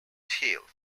tail